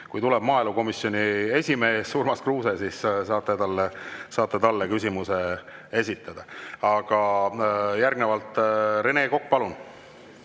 tuleb maaelukomisjoni esimees Urmas Kruuse, siis saate talle küsimuse esitada. Aga järgnevalt Rene Kokk, palun!